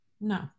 No